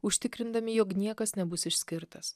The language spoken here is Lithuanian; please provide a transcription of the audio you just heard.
užtikrindami jog niekas nebus išskirtas